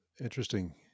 interesting